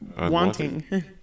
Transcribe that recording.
wanting